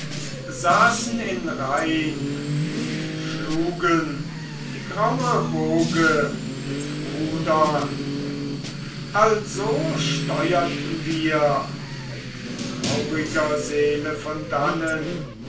saßen in reihn und schlugen die graue woge mit rudern also steuerten wir mit trauriger seele von dannen